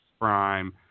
prime